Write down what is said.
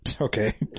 Okay